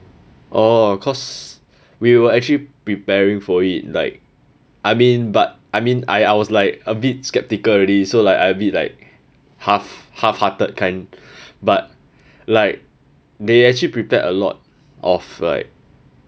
orh cause we were actually preparing for it like I mean but I mean I I was like a bit skeptical already so like I abit like half half hearted kind but like they actually prepared a lot of like